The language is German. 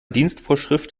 dienstvorschrift